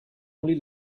only